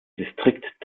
distrikt